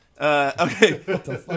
Okay